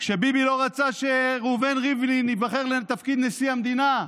כשביבי לא רצה שראובן ריבלין ייבחר לתפקיד נשיא המדינה,